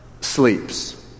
sleeps